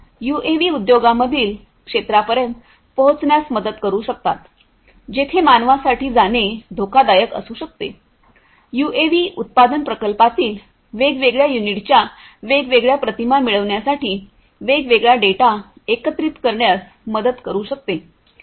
UAV उद्योगांमधील क्षेत्रांपर्यंत पोहोचण्यास मदत करू शकतात जेथे मानवासाठी जाणे धोकादायक असू शकते यूएव्ही उत्पादन प्रकल्पातील वेगवेगळ्या युनिटच्या वेगवेगळ्या प्रतिमा मिळवण्यासाठी वेगवेगळा डेटा एकत्रित करण्यास मदत करू शकते